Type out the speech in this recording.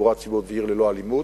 תחבורה ו"עיר ללא אלימות",